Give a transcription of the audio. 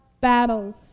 battles